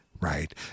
right